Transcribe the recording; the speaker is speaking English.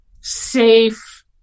safe